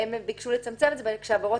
הם ביקשו לצמצם את זה לעבירות